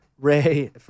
Ray